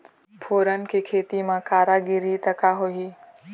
फोरन के खेती म करा गिरही त का होही?